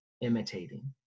imitating